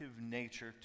nature